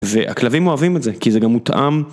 והכלבים אוהבים את זה, כי זה גם מותאם.